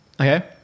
Okay